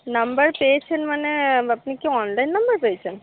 নম্বর পেয়েছেন মানে আপনি কি অনলাইন নম্বর পেয়েছেন